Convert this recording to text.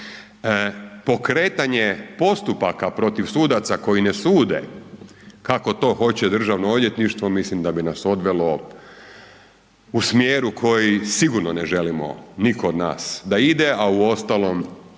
Pokretanje postupaka protiv sudaca koji ne sude kako to hoće Državno odvjetništvo, mislim da bi nas odvelo u smjeru koji sigurno ne želimo nitko od nas da ide a uostalom kad